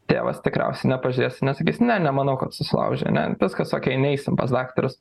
tėvas tikriausiai nepažės ir nesakys ne nemanau kad susilaužei ane viskas okei neisim pas daktarus